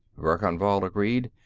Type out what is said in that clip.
verkan vall agreed.